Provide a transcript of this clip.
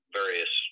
various